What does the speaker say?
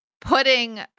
putting